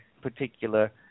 particular